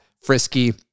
Frisky